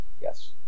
Yes